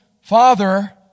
Father